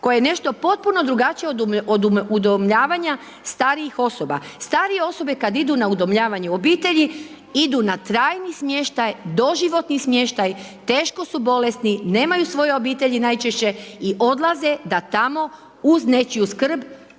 koji je nešto potpuno drugačiji od udomljavanja starijih osoba. Starije osobe kad idu na udomljavanje u obitelji, idu na trajni smještaj, doživotni smještaj, teško su bolesni, nemaju svoje obitelji najčešće i odlaze da tamo uz nečiju skrb